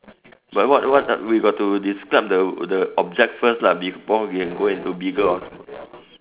but what what we got to describe the the object first lah before we can go into bigger or